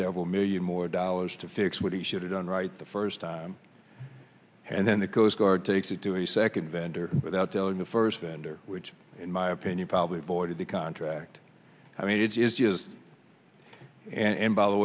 several million more dollars to fix what he should've done right the first time and then the coast guard takes it to a second vendor without telling the first vendor which in my opinion probably voided the contract i mean it is just and by the